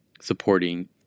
supporting